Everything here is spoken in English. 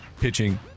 pitching